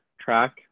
track